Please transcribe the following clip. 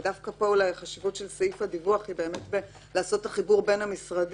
ודווקא פה חשיבות של סעיף הדיווח היא לעשות את החיבור בין המשרדים